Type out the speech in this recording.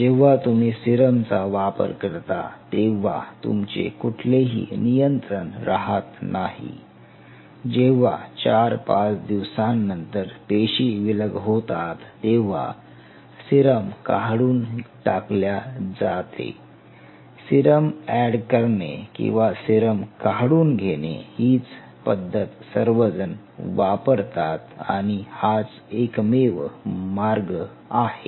जेव्हा तुम्ही सिरम चा वापर करता तेव्हा तुमचे कुठलेही नियंत्रण राहात नाही जेव्हा 4 5 दिवसांनंतर पेशी विलग होतात तेव्हा सिरम काढून टाकल्या जाते सिरम एड करणे किंवा सिरम काढून घेणे हीच पद्धत सर्वजण वापरतात आणि हाच एकमेव मार्ग आहे